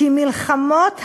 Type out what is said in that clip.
כי מלחמות ה'